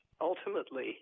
ultimately